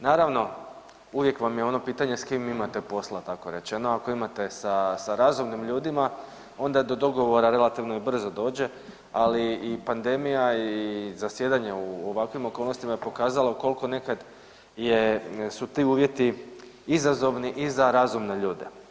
Naravno, uvijek vam je ono pitanje s kim imate posla, tako rečeno, ako imate sa razumnim ljudima onda do dogovora relativno i brzo dođe ali i pandemija i zasjedanje u ovakvim okolnostima je pokazala koliko nekad su ti uvjeti izazovni i za razumne ljude.